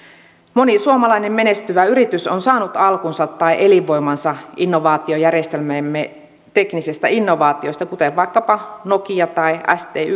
moni suomalainen menestyvä yritys on saanut alkunsa tai elinvoimansa innovaatiojärjestelmämme teknisestä innovaatiosta kuten vaikkapa nokia tai